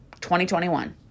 2021